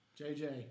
JJ